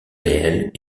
réels